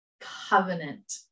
Covenant